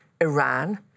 Iran